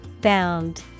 Bound